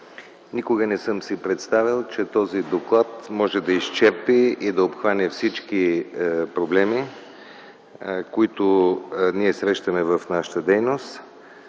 Никога не съм си представял, че този доклад може да изчерпи и да обхване всички проблеми, които ние срещаме в нашата дейност